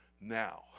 now